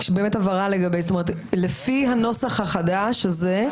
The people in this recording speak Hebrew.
רק הבהרה לגבי זה: לפי הנוסח החדש הזה,